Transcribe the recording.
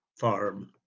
farm